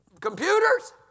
computers